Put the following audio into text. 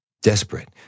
Desperate